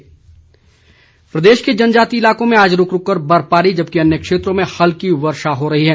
मौसम प्रदेश के जनजातीय इलाकों में आज रूक रूक कर बर्फबारी जबकि अन्य क्षेत्रों में हल्की वर्षा हो रही है